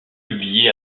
publié